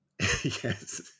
Yes